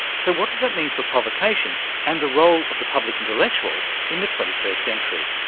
so what does that mean for provocation and the role of the public intellectual in the twenty first century?